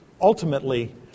ultimately